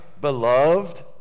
beloved